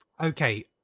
okay